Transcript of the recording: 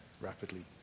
rapidly